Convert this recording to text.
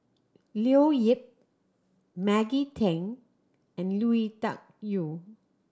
Leo Yip Maggie Teng and Lui Tuck Yew